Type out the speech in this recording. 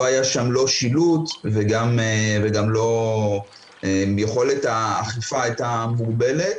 לא היה שם שילוט ויכולת האכיפה הייתה מוגבלת.